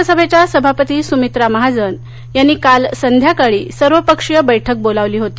लोकसभेच्या सभापती स्मित्रा महाजन यांनी काल संध्याकाळी सर्वपक्षीय बैठक बोलावली होती